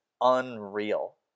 unreal